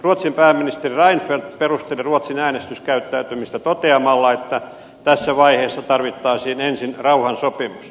ruotsin pääministeri reinfeldt perusteli ruotsin äänestyskäyttäytymistä toteamalla että tässä vaiheessa tarvittaisiin ensin rauhansopimus